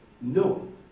No